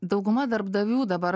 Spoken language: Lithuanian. dauguma darbdavių dabar